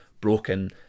broken